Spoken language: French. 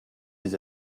des